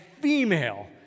female